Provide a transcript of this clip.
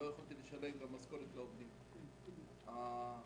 כמעט שישה מיליון שקל פער רק במענקי איזון,